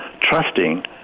trusting